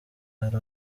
hari